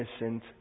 innocent